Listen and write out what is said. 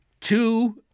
two